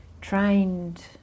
trained